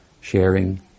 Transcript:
sharing